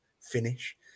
finish